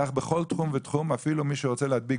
כך בכל תחום ותחום אפילו מי שרוצה להדביק